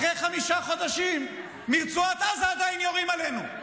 אחרי חמישה חודשים עדיין יורים עלינו מרצועת עזה.